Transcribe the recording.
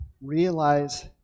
realize